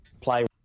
play